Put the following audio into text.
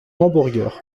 hamburger